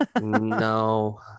No